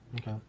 Okay